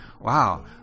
Wow